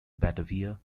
batavia